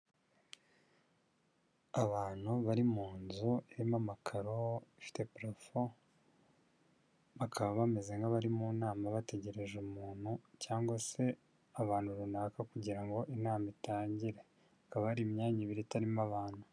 Abantu bari mu nzu irimo amakaro ifite purafo bakaba bameze nk'abari mu nama bategereje umuntu cyangwa se abantu runaka kugira ngo inama itangire hakaba hari imyanya ibiri itarimo abantu.